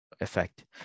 effect